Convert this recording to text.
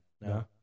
No